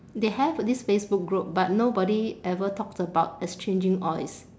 they have this facebook group but nobody ever talked about exchanging oils